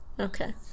Okay